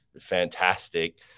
fantastic